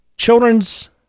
Children's